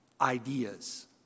ideas